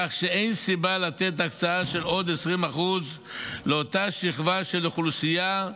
כך שאין סיבה לתת הקצאה של עוד 20% לאותה שכבה של אוכלוסייה,